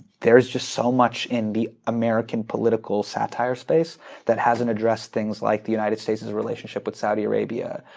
there's just so much in the american political satire space that hasn't addressed things like the united states' relationship with saudi arabia,